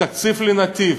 תקציב ל"נתיב",